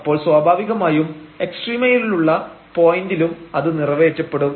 അപ്പോൾ സ്വാഭാവികമായും എക്സ്ട്രീമയുള്ള പോയന്റിലും അത് നിറവേറ്റപ്പെടും